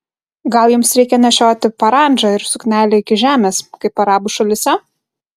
gal jums reikia nešioti parandžą ir suknelę iki žemės kaip arabų šalyse